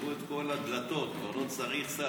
שברו את כל הדלתות, כבר לא צריך סף.